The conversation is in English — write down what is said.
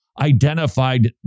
identified